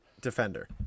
defender